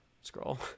scroll